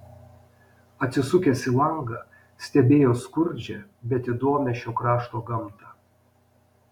atsisukęs į langą stebėjo skurdžią bet įdomią šio krašto gamtą